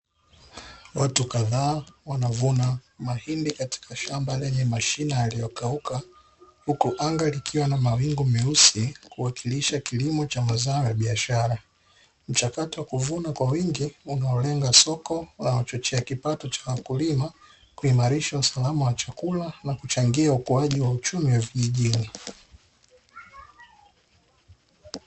Watu kadhaa wanavuna mahindi katika shamba lenye mashina yaliyokauka, huku angalikiwa na mawingu meusi kuwakilisha kilimo cha mazao ya biashara mchakato wa kuvuna kwa wingi unaolenga soko la kuchochea kipato cha wakulima kuhimarisha usalama wa chakula na kuchochea uchumi wa vijijini